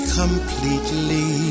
completely